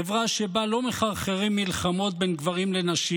חברה שבה לא מחרחרים מלחמות בין גברים לנשים